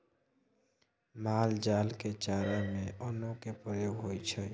माल जाल के चारा में अन्नो के प्रयोग होइ छइ